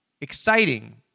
exciting